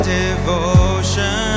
devotion